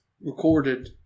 recorded